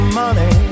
money